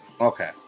Okay